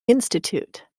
institute